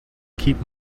keep